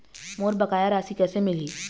मोर बकाया राशि कैसे मिलही?